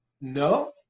No